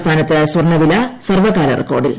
സംസ്ഥാനത്ത് സ്വർണ്ണവില സർവ്വകാല റെക്കോഡിൽ